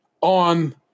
on